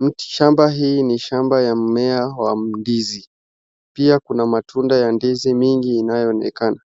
Miti shamba hii ni shamba la mmea wa ndizi. Pia kuna matunda ya ndizi mingi inayoonekana.